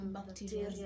Bacteria